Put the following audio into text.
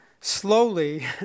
slowly